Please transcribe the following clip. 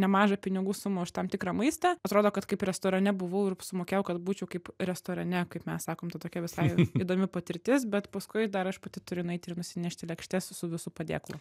nemažą pinigų sumą už tam tikrą maistą atrodo kad kaip restorane buvau ir sumokėjau kad būčiau kaip restorane kaip mes sakom ta tokia visai įdomi patirtis bet paskui dar aš pati turiu nueit ir nusinešti lėkštes su visu padėklu